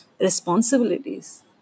responsibilities